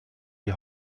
die